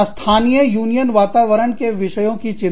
स्थानीय यूनियन वातावरण के विषयों की चिंता